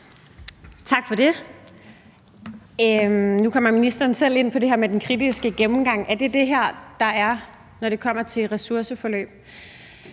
Tak for det. Nu kom ministeren selv ind på det her med den kritiske gennemgang. Er det det her, der er, når det kommer til ressourceforløb?